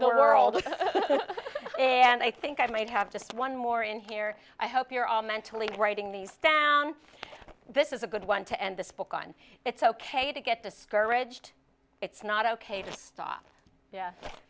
world and i think i might have just one more in here i hope you're all mental even writing these down this is a good one to end this book on it's ok to get discouraged it's not ok to stop